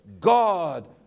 God